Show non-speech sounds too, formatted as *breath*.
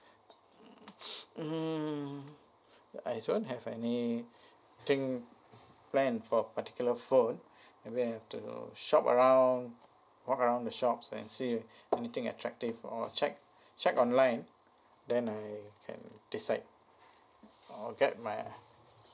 mm *breath* mm I don't have anything plan for particular phone may be have to shop around walk around the shops and see anything attractive or check check online then I can decide or get my